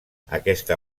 aquesta